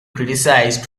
criticized